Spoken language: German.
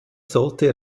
sollte